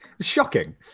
shocking